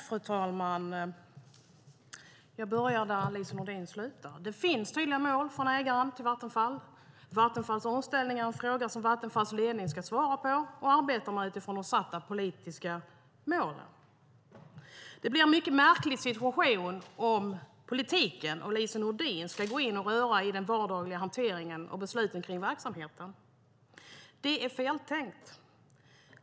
Fru talman! Jag börjar där Lise Nordin slutade. Det finns tydliga mål från ägaren till Vattenfall. Vattenfalls omställning är en fråga som Vattenfalls ledning ska svara på och arbeta med utifrån de satta politiska målen. Det blir en mycket märklig situation om politiken och Lise Nordin ska gå in och röra i den vardagliga hanteringen och besluten om verksamheten. Det är feltänkt.